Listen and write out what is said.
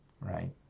right